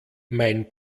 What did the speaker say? mein